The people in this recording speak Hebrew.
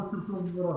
ומבורך,